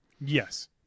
Yes